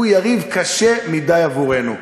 הוא יריב קשה מדי עבורנו.